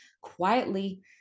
quietly